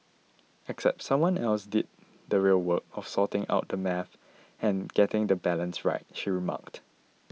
except someone else did the real work of sorting out the maths and getting the balance right she remarked